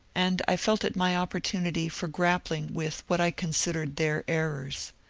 and i felt it my opportunity for grappling with what i considered their errors.